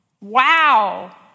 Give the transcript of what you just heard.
Wow